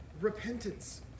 repentance